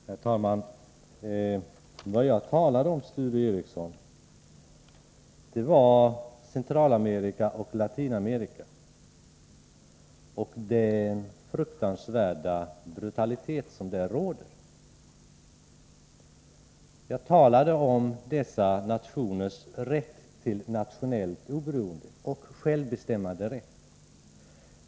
Herr talman! Vad jag talade om, Sture Ericson, var Centralamerika och Latinamerika och den fruktansvärda brutalitet som där råder. Jag talade om de aktuella nationernas rätt till nationellt oberoende och självbestämmande.